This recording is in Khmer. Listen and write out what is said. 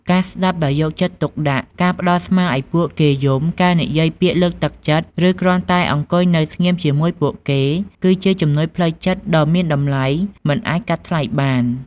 ការស្តាប់ដោយយកចិត្តទុកដាក់ ការផ្តល់ស្មាឲ្យពួកគេយំ ការនិយាយពាក្យលើកទឹកចិត្ត ឬគ្រាន់តែអង្គុយនៅស្ងៀមជាមួយពួកគេ គឺជាជំនួយផ្លូវចិត្តដ៏មានតម្លៃមិនអាចកាត់ថ្លៃបាន។